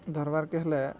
ଧର୍ବାର୍କେ ହେଲେ